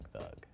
thug